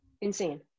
Insane